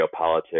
geopolitics